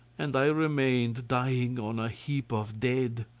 and i remained dying on a heap of dead.